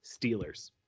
Steelers